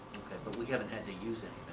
okay. but we haven't had to use it.